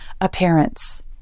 appearance